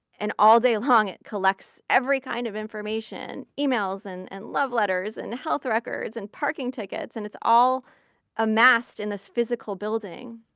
and all day long, it collects every kind of information, emails and and love letters, and health records, and parking tickets. and it's all amassed in this physical building.